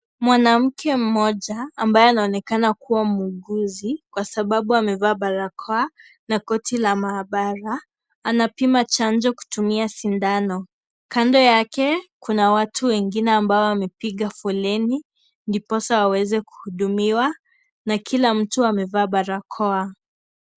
Mwanamke mmoja ambaye anaonekana kuwa muuguzi kwa sababu amevaa barakoa na koti la maabara anapima chanjo kutumia sindano. Kando yake kuna watu wengine ambao wamepiga foleni ndiposa waweze kuhudumiwa na kila mtu amevaa barakoa.